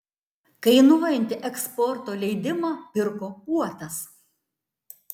kainuojantį eksporto leidimą pirko uotas